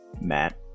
Matt